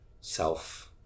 self